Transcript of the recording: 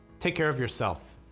take care of yourself.